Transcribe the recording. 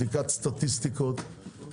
בדיקת סטטיסטיקות.